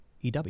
EW